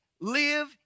live